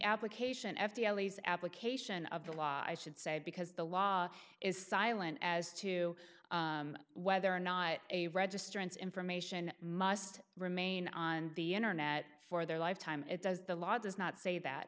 application f t l is application of the law i should say because the law is silent as to whether or not a registrants information must remain on the internet for their lifetime it does the law does not say that